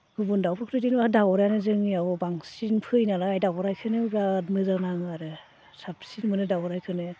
गुबुन दाउफोरखौ बिदिनो दाउरायानो जोंनियाव बांसिन फैयो नालाय दाउरायखौनो बिराद मोजां नाङो आरो साबसिन मोनो दाउरायखौनो